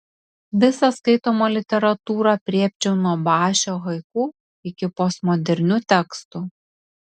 visą skaitomą literatūrą aprėpčiau nuo bašio haiku iki postmodernių tekstų